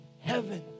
heaven